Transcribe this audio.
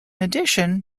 addition